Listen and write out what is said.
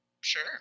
Sure